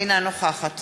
אינה נוכחת